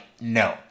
no